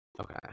okay